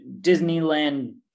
Disneyland